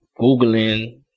Googling